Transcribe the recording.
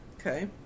Okay